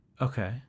Okay